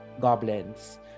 goblins